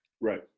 Right